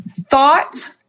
thought